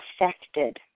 affected